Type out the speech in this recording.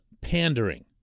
pandering